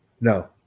No